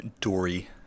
Dory